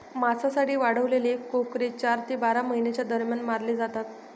मांसासाठी वाढवलेले कोकरे चार ते बारा महिन्यांच्या दरम्यान मारले जातात